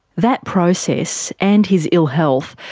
that process, and his ill health,